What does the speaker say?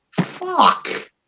Fuck